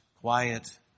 quiet